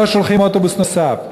לא שולחים אוטובוס נוסף.